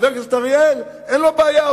חבר הכנסת אריאל אין לו בעיה,